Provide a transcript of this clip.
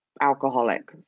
alcoholic